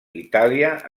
itàlia